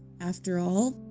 after all,